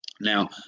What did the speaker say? Now